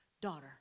daughter